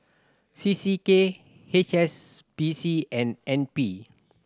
C C K H S B C and N P